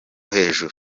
hejuru